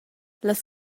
las